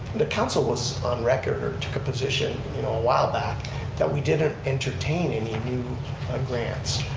the council was on record or took a position you know a while back that we didn't entertain any new grants